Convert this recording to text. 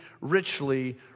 richly